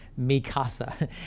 Mikasa